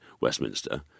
Westminster